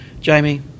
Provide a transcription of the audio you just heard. Jamie